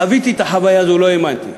חוויתי את החוויה הזאת, לא האמנתי.